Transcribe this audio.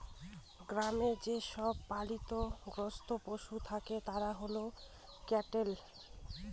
গ্রামে যে সব পালিত গার্হস্থ্য পশু থাকে তারা হল ক্যাটেল